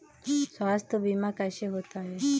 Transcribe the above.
स्वास्थ्य बीमा कैसे होता है?